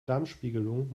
darmspiegelung